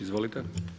Izvolite.